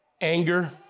anger